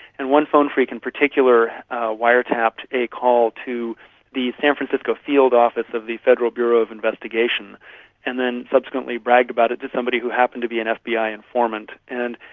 and one phone phreak in particular wiretapped a call to the san francisco field office of the federal bureau of investigation and then subsequently bragged about it to somebody who happened to be an fbi informant. and,